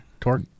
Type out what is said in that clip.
Torque